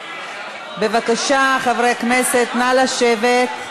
בבקשה, חברי הכנסת, נא לשבת.